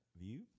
view